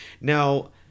Now